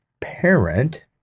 parent